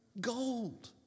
Gold